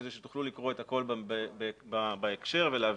כדי שתוכלו לקרוא את הכול בהקשר ולהבין